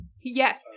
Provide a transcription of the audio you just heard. yes